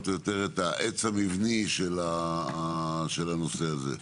או יותר את העץ המבני של הנושא הזה,